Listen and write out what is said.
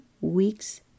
weeks